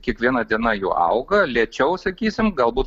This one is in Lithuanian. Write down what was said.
kiekviena diena jų auga lėčiau sakysim galbūt